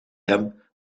hem